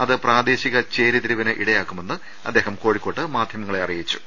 അത് പ്രാദേശിക ചേരിതിരിവിന് ഇടയാക്കുമെന്നും അദ്ദേഹം കോഴിക്കോട്ട് മാധ്യമങ്ങളെ അറിയിച്ചു